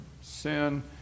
sin